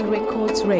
Records